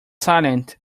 silent